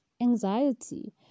anxiety